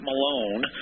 Malone